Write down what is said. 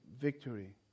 victory